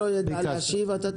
אם המשנה לא ידע להשיב, אתה תשלים.